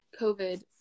COVID